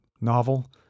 novel